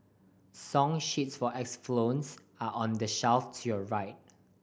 song sheets for are on the shelf to your right